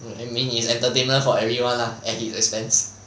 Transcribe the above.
I mean it's entertainment for everyone lah at his expense